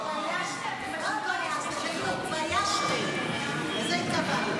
איך לא התביישתם, לזה התכוונו.